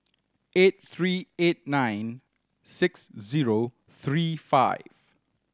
eight three eight nine six zero three five